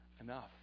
enough